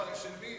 של מי?